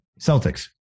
Celtics